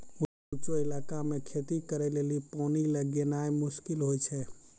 ऊंचो इलाका मे खेती करे लेली पानी लै गेनाय मुश्किल होय छै